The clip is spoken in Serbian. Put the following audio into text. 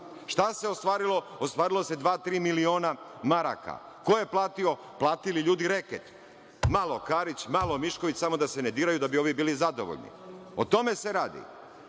Šta se ostvarilo? Ostvarilo se dva, tri miliona maraka. Ko je platio? Platili ljudi reket, malo Karić, malo Mišković, samo da se ne diraju da bi ovi bili zadovoljni. O tome se radi.